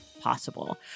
possible